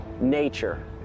nature